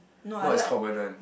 not as common one